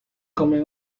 comen